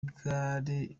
gare